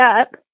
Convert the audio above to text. up